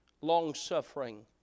Longsuffering